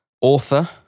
author